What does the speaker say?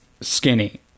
skinny